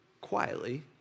quietly